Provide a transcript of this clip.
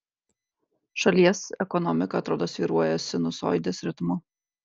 šalies ekonomika atrodo svyruoja sinusoidės ritmu